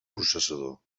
processador